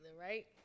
right